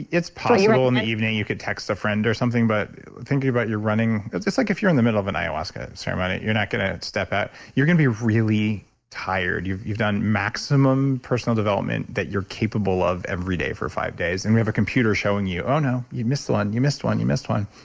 it's possible in the evening, you could text a friend or something, but thinking about your running, that's just like, if you're in the middle of an ayahuasca ceremony, you're not going to step out you're going to be really tired. you've you've done maximum personal development that you're capable of every day for five days. and we have a computer showing you, oh no, you missed one. you missed one you missed one.